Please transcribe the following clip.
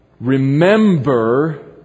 Remember